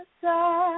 side